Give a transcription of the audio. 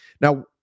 Now